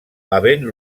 havent